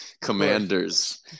Commanders